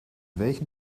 welchen